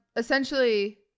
essentially